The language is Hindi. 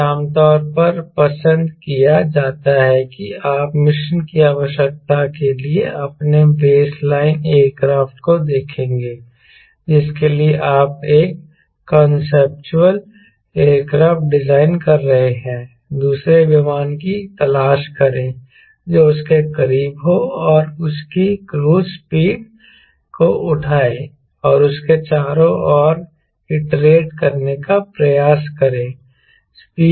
यह आमतौर पर पसंद किया जाता है कि आप मिशन की आवश्यकता के लिए अपने बेस लाइन एयरक्राफ्ट को देखेंगे जिसके लिए आप एक कांसेप्चुअल एयरक्राफ्ट डिजाइन कर रहे हैं दूसरे विमान की तलाश करें जो उसके करीब हो और उनकी क्रूज़ स्पीड को उठाए और उसके चारों ओर आइटरेट करने का प्रयास करें